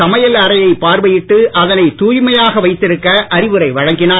சமையல் அறையை பார்வையிட்டு அதனைதாய்மையாக வைத்திருக்க அறிவுரை வழங்கினார்